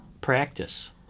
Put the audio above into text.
practice